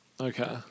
Okay